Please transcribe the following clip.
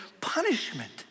punishment